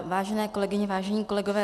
Vážené kolegyně, vážení kolegové.